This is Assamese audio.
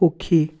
সুখী